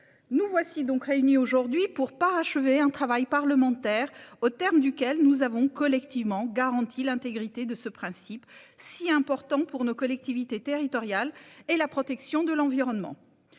Nous voici réunis aujourd'hui pour parachever un travail parlementaire au terme duquel nous avons collectivement garanti l'intégrité de ce principe si important pour nos collectivités territoriales et la protection de l'environnement.